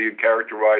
characterize